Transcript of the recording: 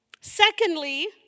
Secondly